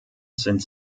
sind